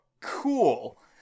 cool